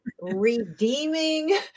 redeeming